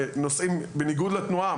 נוסעים בניגוד לתנועה,